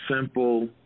simple